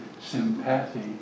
sympathy